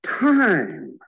time